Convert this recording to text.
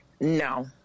No